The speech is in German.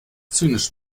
zynisch